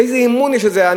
איזה אמון יש בזה?